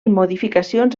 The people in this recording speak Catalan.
modificacions